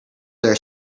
their